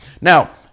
Now